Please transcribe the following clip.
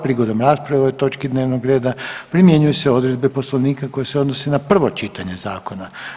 Prigodom rasprave o ovoj točki dnevnog reda primjenjuju se odredbe Poslovnika koje se odnose na prvo čitanje zakona.